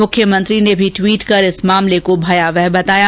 मुख्यमंत्री ने भी ट्वीट कर इस मामले को भयावह बताया